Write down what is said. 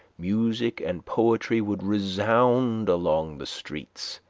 music and poetry would resound along the streets.